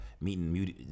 meeting